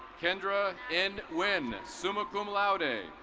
kendra n. wynn. and summa com laude.